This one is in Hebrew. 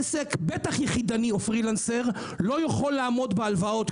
עסק בטח יחידני או פרילנסר לא יכול לעמוד בהלוואות,